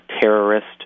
terrorist